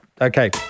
okay